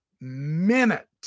minute